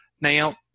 Now